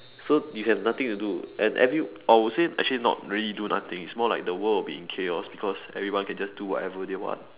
so you have nothing to do and every or would I say actually not really do nothing it's more like the world would be in chaos because everyone can just do whatever they want